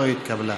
לא התקבלה.